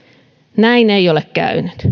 näin ei ole käynyt